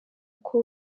uko